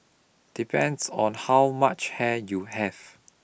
depends on how much hair you have